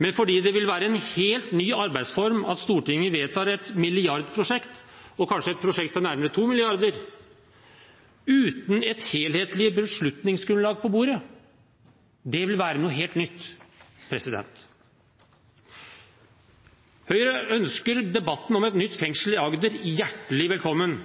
men fordi det vil være en helt ny arbeidsform at Stortinget vedtar et milliardprosjekt, et prosjekt til kanskje nærmere 2 mrd. kr, uten et helhetlig beslutningsgrunnlag på bordet. Det vil være noe helt nytt. Høyre ønsker debatten om et nytt fengsel i Agder hjertelig velkommen.